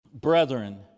Brethren